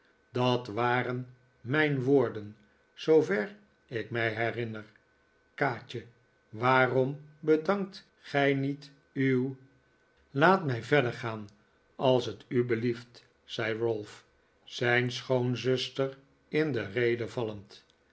dat waren mijn woorden zoover ik mij herinner kaatje waarom bedankt gij niet uw laat mij verder gaan als het u belieft zei ralph zijn schoonzuster in de rede vallend